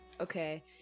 Okay